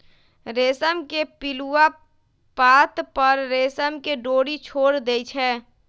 रेशम के पिलुआ पात पर रेशम के डोरी छोर देई छै